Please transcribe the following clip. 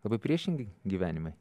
labai priešingi gyvenimai